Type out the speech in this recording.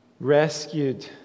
rescued